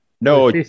No